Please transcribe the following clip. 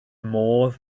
modd